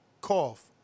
Cough